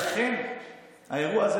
האירוע הזה,